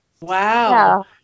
Wow